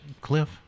cliff